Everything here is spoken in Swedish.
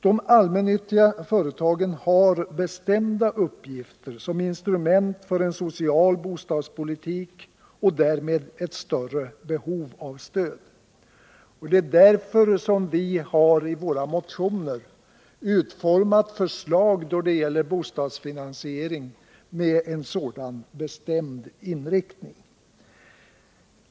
De allmännyttiga företagen har bestämda uppgifter som instrument för en social bostadspolitik och därmed ett större behov av stöd. Det är därför som vi i våra motioner har utformat förslag då det gäller bostadsfinansiering med en sådan bestämd inriktning.